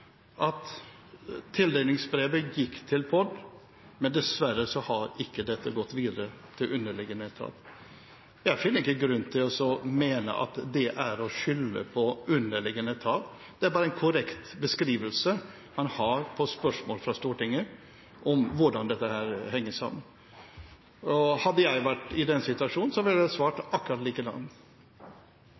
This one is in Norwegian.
at tildelingsbrevet gikk til POD, men dessverre har ikke dette gått videre til underliggende etat. Jeg finner ingen grunn til å mene at det er å skylde på underliggende etat, det er bare en korrekt beskrivelse han gir på spørsmål fra Stortinget om hvordan dette henger sammen. Hadde jeg vært i den situasjonen, ville jeg ha svart akkurat